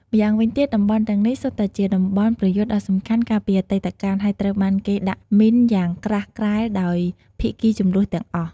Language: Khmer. ម្យ៉ាងវិញទៀត តំបន់ទាំងនេះសុទ្ធតែជាតំបន់ប្រយុទ្ធដ៏សំខាន់កាលពីអតីតកាល ហើយត្រូវបានគេដាក់មីនយ៉ាងក្រាស់ក្រែលដោយភាគីជម្លោះទាំងអស់។